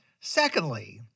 Secondly